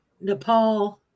Nepal